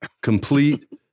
Complete